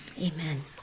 Amen